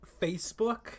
facebook